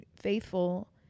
faithful